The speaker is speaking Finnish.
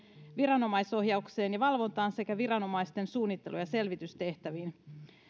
viranomaisohjaukseen ja valvontaan sekä viranomaisten suunnittelu ja selvitystehtäviin